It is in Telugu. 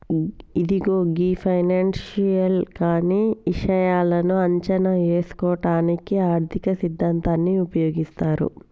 ఇదిగో గీ ఫైనాన్స్ కానీ ఇషాయాలను అంచనా ఏసుటానికి ఆర్థిక సిద్ధాంతాన్ని ఉపయోగిస్తారు